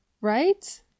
right